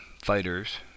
fighters